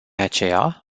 aceea